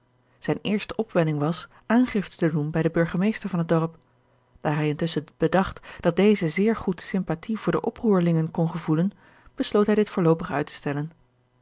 zijne eerste opwelling was aangifte te doen bij den burgemeester van het dorp daar hij intusschen bedacht dat deze zeer goed sympathie voor de oproerlingen kon gevoelen besloot hij dit voorloopig uit te stellen